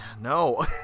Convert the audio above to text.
No